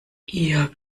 ihr